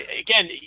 again